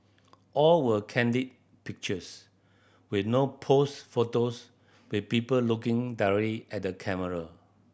all were candid pictures with no posed photos with people looking directly at the camera